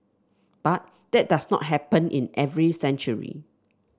but that does not happen in every century